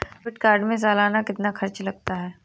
Debit card में सालाना कितना खर्च लगता है?